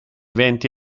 venti